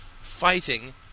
fighting